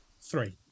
three